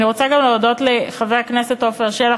אני רוצה גם להודות לחבר הכנסת עפר שלח,